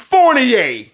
Fournier